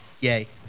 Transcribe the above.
Yay